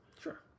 Sure